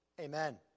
Amen